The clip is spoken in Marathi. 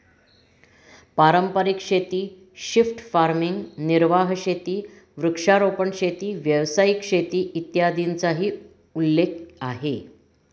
पारंपारिक शेती, शिफ्ट फार्मिंग, निर्वाह शेती, वृक्षारोपण शेती, व्यावसायिक शेती, इत्यादींचाही उल्लेख आहे